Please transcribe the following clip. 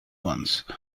ones